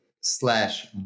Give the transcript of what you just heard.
slash